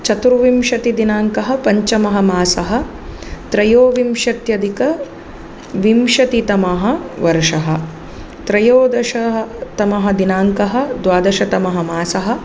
चतुर्विंशतिदिनाङ्कः पञ्चमः मासः त्रयोविंशत्यधिकविंशतितमः वर्षः त्रयोदशः तमः दिनाङ्कः द्वादशतमः मासः